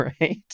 right